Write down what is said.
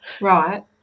Right